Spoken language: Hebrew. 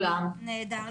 המנהלים,